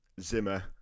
Zimmer